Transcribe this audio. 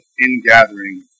ingathering